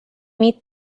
meet